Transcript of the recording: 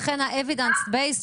לכן ה-Evidence based,